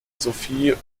sophie